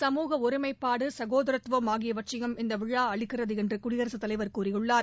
சமூக ஒருமைப்பாடு சகோதரத்துவம் ஆகியவற்றையும் இந்த விழா அளிக்கிறது என்று குடியரசுத்தலைவர் தெரிவித்துள்ளார்